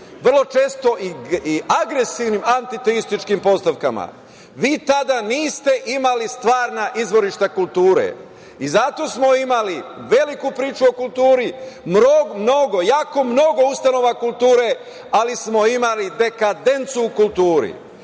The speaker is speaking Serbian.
vrlo često i agresivnim antiteističkim postavkama, vi tada niste imali stvarna izvorišta kulture. Zato smo imali veliku priču o kulturi, mnogo, mnogo, jako mnogo ustanova kulture, ali smo imali dekadencu u kulturi.